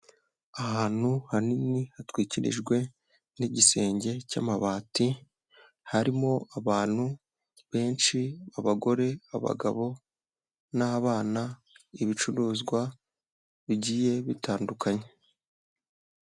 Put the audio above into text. Ahantu hanini, hatwikirijwe n'igisenge cy'amabati, harimo abantu benshi abagore, abagabo, n'abana, ibicuruzwa bigiye bitandukanye.